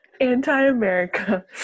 anti-america